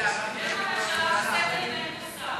ואין פה שר.